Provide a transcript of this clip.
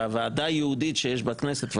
והוועדה הייעודית שיש בכנסת,